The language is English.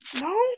No